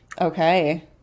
Okay